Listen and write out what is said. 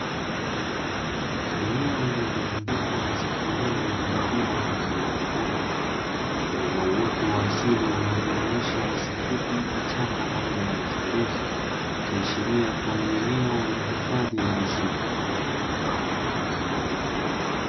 Eneo lililozungukwa na safu nyingi za milima pamoja na mabonde, lililo na uoto wa asili unaojumuisha nyasi fupi, vichaka pamoja na miti mirefu, ikiashiria kuwa ni eneo la hifadhi ya misitu.